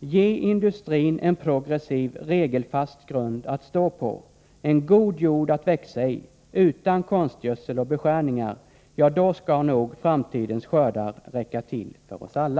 Ge industrin en progressiv, regelfast grund att stå på, en god jord att växa i — utan konstgödsel och beskärningar — ja då skall nog framtidens skördar räcka till för oss alla.”